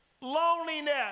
loneliness